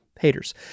haters